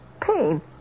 pain